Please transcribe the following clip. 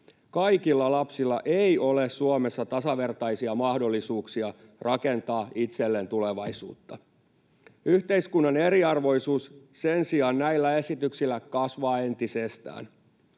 kaikilla lapsilla ei ole Suomessa tasavertaisia mahdollisuuksia rakentaa itselleen tulevaisuutta. Yhteiskunnan eriarvoisuus sen sijaan näillä esityksillä kasvaa entisestään.